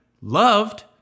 loved